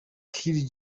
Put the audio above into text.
kylie